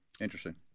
Interesting